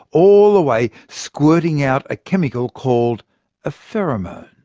all the way squirting out a chemical called a pheromone.